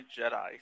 Jedi